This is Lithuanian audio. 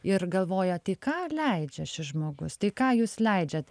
ir galvoja tai ką leidžia šis žmogus tai ką jūs leidžiat